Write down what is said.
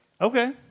okay